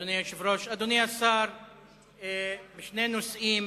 אדוני השר, שני נושאים